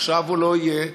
ועכשיו הוא לא יהיה,